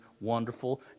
wonderful